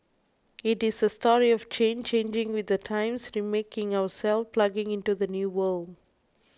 it is a story of change changing with the times remaking ourselves plugging into the new world